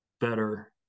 better